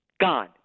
Gone